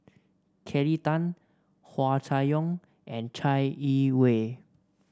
Kelly Tang Hua Chai Yong and Chai Yee Wei